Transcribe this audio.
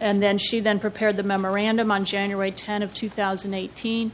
and then she then prepared the memorandum on january tenth of two thousand and eighteen